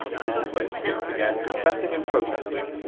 mrs. westgate began confessing and protesting,